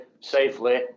safely